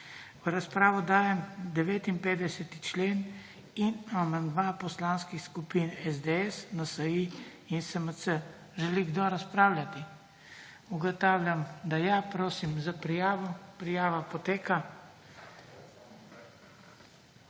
V razpravo dajem 59. člen in amandma poslanskih skupin SDS, NSi in SMC. Želi kdo razpravljati? Ugotavljam, da ja. Prosim za prijavo. Besedo ima